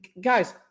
Guys